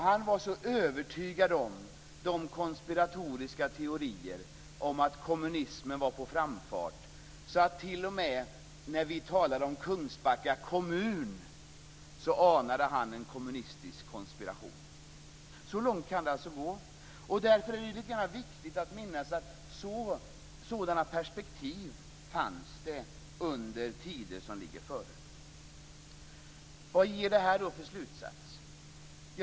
Han var så övertygad om de konspiratoriska teorierna att kommunismen var på frammarsch att han t.o.m. när vi talade om Kungsbacka kommun anade en kommunistisk konspiration. Så långt kan det alltså gå. Därför är det litet viktigt att minnas att sådana perspektiv fanns under tider före vår tid. Vad ger då detta för slutsats?